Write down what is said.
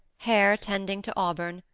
hair tending to auburn,